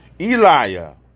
Elijah